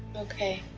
okay.